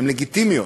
הן לגיטימיות,